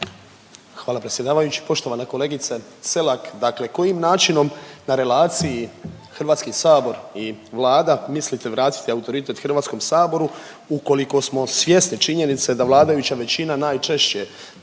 Hvala predsjedavajući. Poštovana kolegice Selak dakle kojim načinom na relaciji Hrvatski sabor i Vlada mislite vratiti autoritet Hrvatskom saboru ukoliko smo svjesni činjenice da vladajuća većina najčešće,